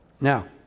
Now